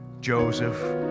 Joseph